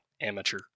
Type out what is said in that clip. amateur